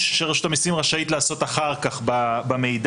שרשות המסים רשאית לעשות אחר כך במידע.